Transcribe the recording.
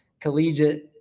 collegiate